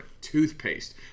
toothpaste